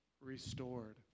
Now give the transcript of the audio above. restored